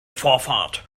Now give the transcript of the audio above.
vorfahrt